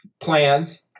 plans